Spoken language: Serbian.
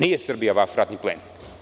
Nije Srbija vaš ratni plen.